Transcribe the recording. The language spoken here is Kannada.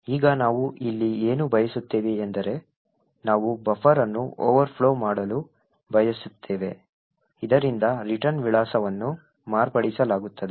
ಈಗ ನಾವು ಇಲ್ಲಿ ಏನು ಬಯಸುತ್ತೇವೆ ಎಂದರೆ ನಾವು ಬಫರ್ ಅನ್ನು ಓವರ್ಫ್ಲೋ ಮಾಡಲು ಬಯಸುತ್ತೇವೆ ಇದರಿಂದ ರಿಟರ್ನ್ ವಿಳಾಸವನ್ನು ಮಾರ್ಪಡಿಸಲಾಗುತ್ತದೆ